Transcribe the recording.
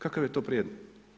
Kakav je to prijedlog?